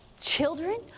Children